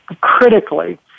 critically